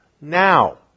now